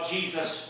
Jesus